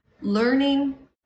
learning